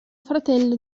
fratello